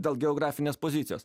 dėl geografinės pozicijos